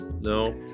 No